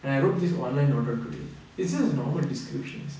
and I wrote this online order today it's just normal descriptions